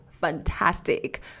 fantastic